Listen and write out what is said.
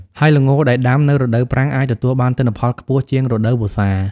ហើយល្ងដែលដាំនៅរដូវប្រាំង អាចទទួលបានទិន្នផលខ្ពស់ជាងរដូវវស្សា។